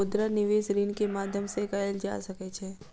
मुद्रा निवेश ऋण के माध्यम से कएल जा सकै छै